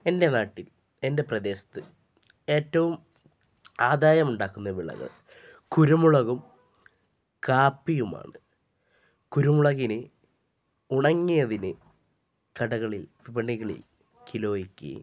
എൻ്റെ നാട്ടിൽ എൻ്റെ പ്രദേശത്ത് ഏറ്റവും ആദായം ഉണ്ടാക്കുന്ന വിളകൾ കുരുമുളകും കാപ്പിയുമാണ് കുരുമുളകിന് ഉണങ്ങിയതിന് കടകളിൽ വിപണികളിൽ കിലോയ്ക്ക്